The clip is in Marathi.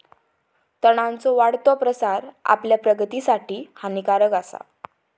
तणांचो वाढतो प्रसार आपल्या प्रगतीसाठी हानिकारक आसा